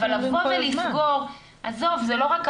אבל לבוא ולסגור --- אבל זה מה שאנחנו אומרים כל הזמן.